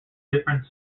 different